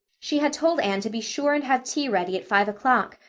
she had told anne to be sure and have tea ready at five o'clock,